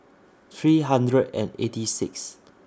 three hundred and eight Sixth